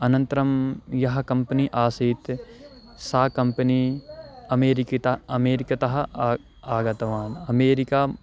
अनन्तरं यः कम्पनी आसीत् सा कम्पनी अमेरिकतः अमेरिकतः आगतवान् अमेरिकाम्